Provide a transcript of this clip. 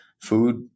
food